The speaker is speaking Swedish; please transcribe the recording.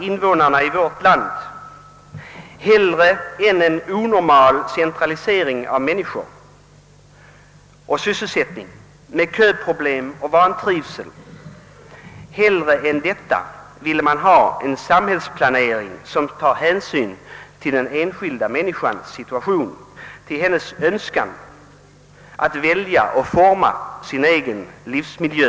Invånarna i vårt land vill hellre än en onormal centralisering av människor och sysselsättning med köproblem och vantrivsel som följd ha en samhällsplanering, som tar hänsyn till den enskilda människans situation, till hennes Önskan att välja och forma sin egen livsmiljö.